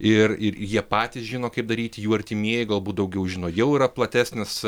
ir ir jie patys žino kaip daryt jų artimieji galbūt daugiau žino jau yra platesnis